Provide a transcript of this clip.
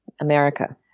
America